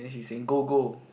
then he saying go go